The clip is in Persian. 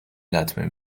لطمه